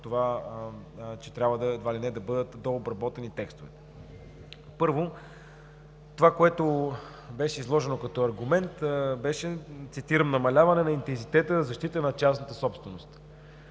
не трябва да бъдат дообработени текстовете. Първо, това, което беше изложено като аргумент, цитирам: „намаляване на интензитета в защита на частната собственост“.